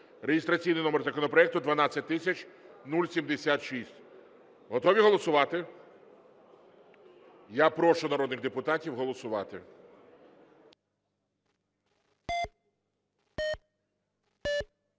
(реєстраційний номер законопроекту 12076). Готові голосувати? Я прошу народних депутатів голосувати.